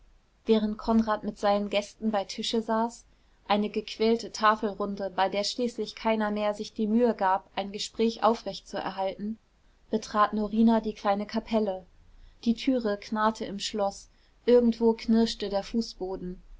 während konrad mit seinen gästen bei tische saß eine gequälte tafelrunde bei der schließlich keiner mehr sich die mühe gab ein gespräch aufrechtzuerhalten betrat norina die kleine kapelle die türe knarrte im schloß irgendwo knirschte der fußboden